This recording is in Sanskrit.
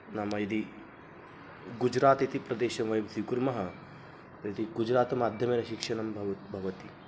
नाम यदि गुजरात् इति प्रदेशं वयं स्वीकुर्मः तर्हि गुजरात् माध्यमेन शिक्षणं भवति भवति